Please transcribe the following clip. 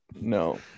No